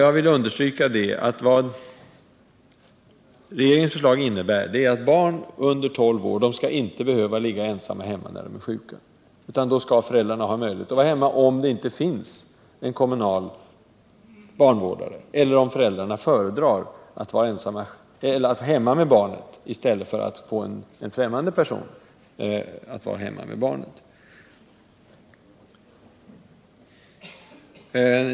Jag vill understryka, att vad regeringens förslag innebär är att barn under 12 år inte skall behöva ligga ensamma hemma när de är sjuka, utan då skall föräldrarna ha möjlighet att vara hemma om det inte finns en kommunal barnvårdare eller om föräldrarna föredrar att vara hemma med barnet i stället för att en främmande person är det.